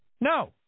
No